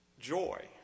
joy